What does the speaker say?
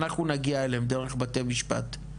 אנחנו נגיע אליהם דרך בתי משפט.